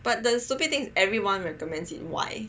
but the stupid thing is everyone recommends him why